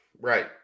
Right